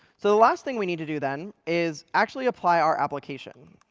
so the last thing we need to do then is actually apply our application.